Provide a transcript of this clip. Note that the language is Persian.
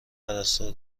پرستار